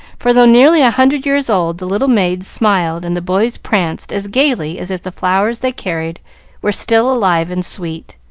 for though nearly a hundred years old, the little maids smiled and the boys pranced as gayly as if the flowers they carried were still alive and sweet.